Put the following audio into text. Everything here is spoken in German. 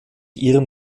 ihrem